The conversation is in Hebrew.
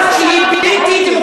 אני קורא אותך לסדר פעם